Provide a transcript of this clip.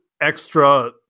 extra